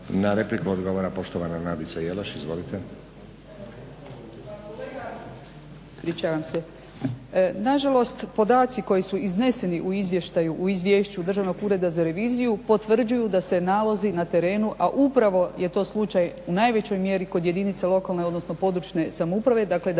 Na repliku odgovara, poštovana Nadica Jelaš. **Jelaš, Nadica (SDP)** Ispričavam se. Nažalost podaci koji su izneseni u izvještaju, u izvješću Državnog ureda za reviziju, potvrđuju da se nalozi na terenu, a upravo je to slučaj u najvećoj mjeri kod jedinica lokalne odnosno područne samouprave, dakle da se naputci Državnog